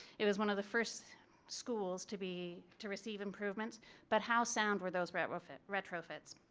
it was one of the first schools to be to receive improvements but how sound were those retrofit retrofits?